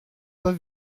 pas